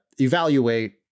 evaluate